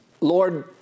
Lord